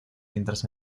mientras